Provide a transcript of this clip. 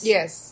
Yes